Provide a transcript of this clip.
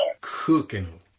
Cooking